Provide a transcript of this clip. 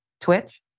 Twitch